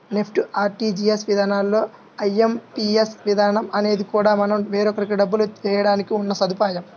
NEFT, RTGS విధానాల్లానే IMPS విధానం అనేది కూడా మనం వేరొకరికి డబ్బులు వేయడానికి ఉన్న సదుపాయం